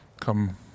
come